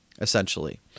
essentially